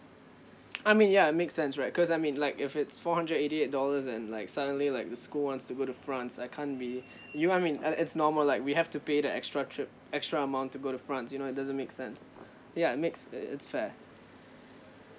I mean ya it make sense right cause I mean like if it's four hundred eighty eight dollars and like suddenly like the school wants to go to france I can't be you know what I mean uh it's normal like we have to pay the extra trip extra amount to go to france you know it doesn't make sense ya means it it it's fair